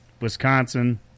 Wisconsin